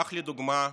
כך, לדוגמה,